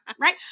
Right